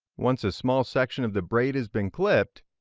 once a small section of the braid has been clipped,